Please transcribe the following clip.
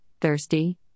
thirsty